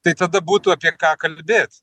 tai tada būtų apie ką kalbėt